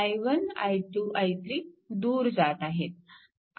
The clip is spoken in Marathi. आणि i1 i2 i3 दूर जात आहेत